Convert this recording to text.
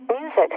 Music